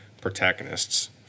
Protagonists